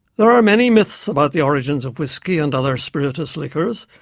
there are many myths about the origins of whiskey and other spirituous liquors,